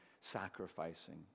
sacrificing